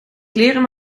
kleren